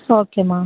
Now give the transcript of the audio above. சரி ஓகேம்மா